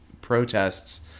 protests